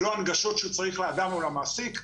זה לא ההנגשות שצריך לאדם או למעסיק.